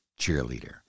cheerleader